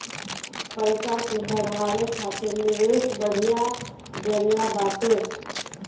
पईसा के बढ़ावे खातिर निवेश बढ़िया जरिया बाटे